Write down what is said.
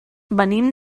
venim